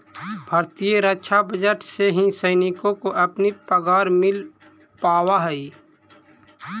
भारतीय रक्षा बजट से ही सैनिकों को अपनी पगार मिल पावा हई